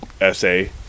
essay